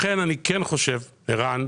לכן אני כן חושב, ערן,